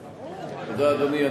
תודה, אדוני.